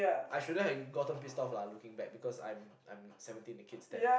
I shouldn't have gotten pissed off lah looking back because I'm I'm seventeen the kids ten